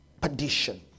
perdition